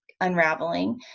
unraveling